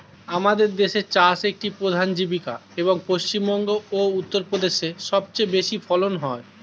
আমাদের দেশে চাষ একটি প্রধান জীবিকা, এবং পশ্চিমবঙ্গ ও উত্তরপ্রদেশে সবচেয়ে বেশি ফলন হয়